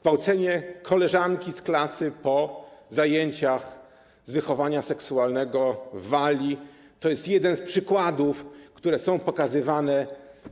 Zgwałcenie koleżanki z klasy po zajęciach z wychowania seksualnego w Walii to jest jeden z przykładów, jakie są pokazywane